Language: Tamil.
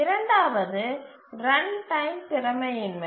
இரண்டாவது ரன்டைம் திறமையின்மை